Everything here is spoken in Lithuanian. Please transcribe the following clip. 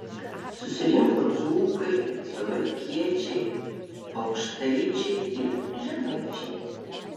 susirinko dzūkai suvalkiečiai aukštaičiai ir žemaičiai